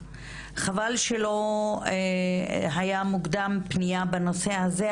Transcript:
חבל שלא היה מוקדם פנייה בנושא הזה,